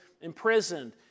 imprisoned